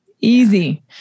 easy